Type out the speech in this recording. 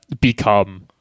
become